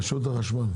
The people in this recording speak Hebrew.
רשות החשמל.